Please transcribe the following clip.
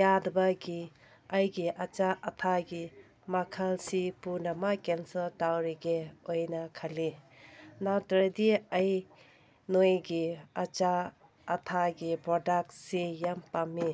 ꯌꯥꯗꯕꯒꯤ ꯑꯩꯒꯤ ꯑꯆꯥ ꯑꯊꯛꯀꯤ ꯃꯈꯜꯁꯤ ꯄꯨꯝꯅꯃꯛ ꯀꯦꯟꯁꯦꯜ ꯇꯧꯔꯒꯦ ꯑꯣꯏꯅ ꯈꯜꯂꯤ ꯅꯠꯇ꯭ꯔꯗꯤ ꯑꯩ ꯅꯣꯏꯒꯤ ꯑꯆꯥ ꯑꯊꯛꯀꯤ ꯄ꯭ꯔꯗꯛꯁꯤ ꯌꯥꯝ ꯄꯥꯝꯃꯤ